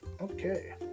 okay